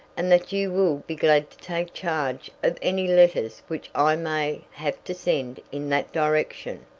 and that you will be glad to take charge of any letters which i may have to send in that direction.